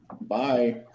Bye